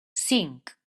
cinc